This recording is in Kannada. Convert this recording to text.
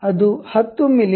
ಮತ್ತು ಅದು 10 ಮಿ